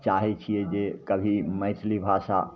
चाहै छिए जे कभी मैथिली भाषा